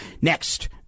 next